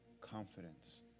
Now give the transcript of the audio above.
confidence